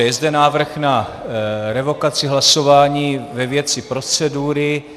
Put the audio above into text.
Je zde návrh na revokaci hlasování ve věci procedury.